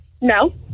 No